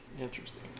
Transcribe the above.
Interesting